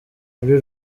muri